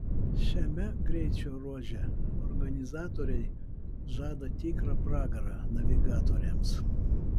šiame greičio ruože organizatoriai žada tikrą pragarą navigatoriams